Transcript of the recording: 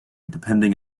depending